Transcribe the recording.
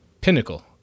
pinnacle